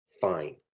fine